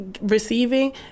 receiving